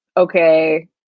okay